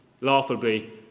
laughably